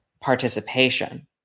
participation